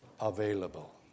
available